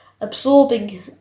absorbing